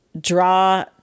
draw